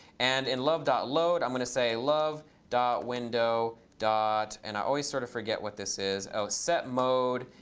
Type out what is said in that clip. and in love dot load, i'm going to say love dot window dot and i always sort of forget what this is set mode.